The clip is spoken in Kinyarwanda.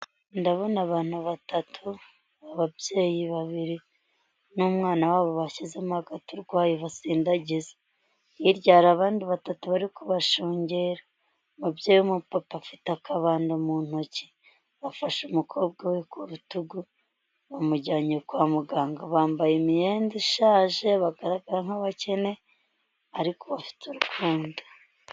Ndabona abantu batatu ababyeyi babiri n'umwana wabo bashyizemo agarwaye basindagiza irya hari abandi batatu bari kubashungera umubyeyi papa afite akabando mu ntoki bafashe umukobwa we ku rutugu bamujyanye kwa muganga bambaye imyenda ishaje bagaragara nk'abakene ariko afite urukundo.